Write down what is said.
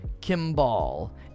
kimball